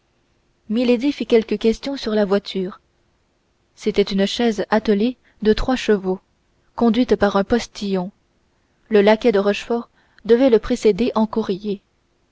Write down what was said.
fit quelques questions sur la voiture c'était une chaise attelée de trois chevaux conduite par un postillon le laquais de rochefort devait la précéder en courrier